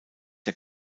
der